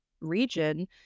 region